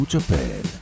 Japan